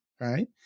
right